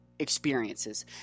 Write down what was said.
Experiences